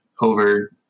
over